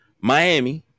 Miami